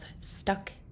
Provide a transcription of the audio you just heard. stuck